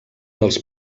dels